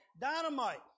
Dynamite